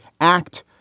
act